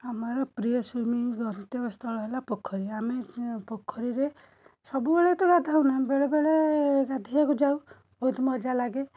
ଆମର ପ୍ରିୟ ସ୍ଵିମିଂ ଗନ୍ତବ୍ୟ ସ୍ଥଳ ହେଲା ପୋଖରୀ ଆମେ ପୋଖରୀରେ ସବୁବେଳେ ତ ଗାଧୋଉ ନା ବେଳେ ବେଳେ ଗାଧୋଇବାକୁ ଯାଉ ବହୁତ ମଜା ଲାଗେ